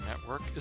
Network